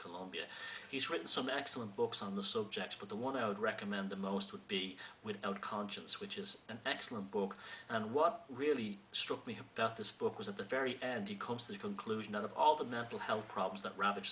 columbia he's written some excellent books on the subject but the one i would recommend the most would be without conscience which is an excellent book and what really struck me about this book was at the very end he comes to the conclusion of all the mental health problems that ra